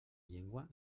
llengua